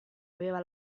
aveva